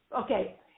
okay